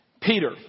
Peter